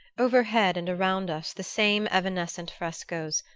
overhead and around us the same evanescent frescoes,